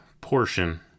portion